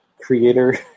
creator